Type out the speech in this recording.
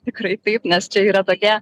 tikrai taip nes čia yra tokia